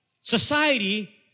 Society